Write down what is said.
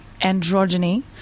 androgyny